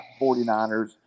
49ers